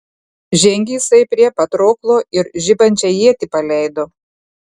žengė jisai prie patroklo ir žibančią ietį paleido